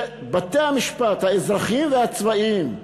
שבתי-המשפט, האזרחיים והצבאיים,